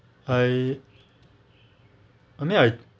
I I mean I